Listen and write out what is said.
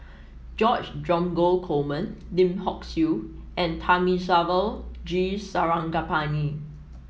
George Dromgold Coleman Lim Hock Siew and Thamizhavel G Sarangapani